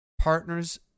partners